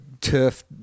turf